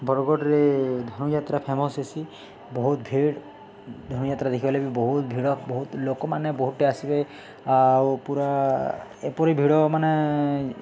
ବରଗଡ଼୍ରେ ଧନୁଯାତ୍ରା ଫେମସ୍ ହେସି ବହୁତ୍ ଭିଡ଼୍ ଧନୁଯାତ୍ରା ଦେଖିିବାର୍ଲାଗି ବି ବହୁତ୍ ଭିଡ଼ ବହୁତ୍ ଲୋକମାନେ ବହୁତ୍ଟେ ଆସିବେ ଆଉ ପୁରା ଏପରି ଭିଡ଼ ମାନେ